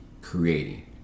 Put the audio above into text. creating